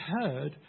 heard